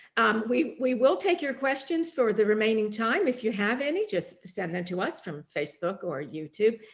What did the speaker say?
we we will take your questions for the remaining time if you have any, just send them to us from facebook or youtube.